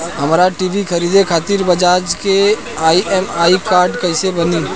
हमरा टी.वी खरीदे खातिर बज़ाज़ के ई.एम.आई कार्ड कईसे बनी?